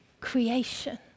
creation